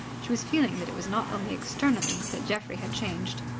she was feeling that it was not only externally that geoffrey had changed.